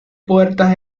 puertas